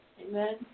Amen